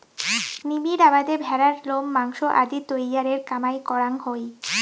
নিবিড় আবাদে ভ্যাড়ার লোম, মাংস আদি তৈয়ারের কামাই করাং হই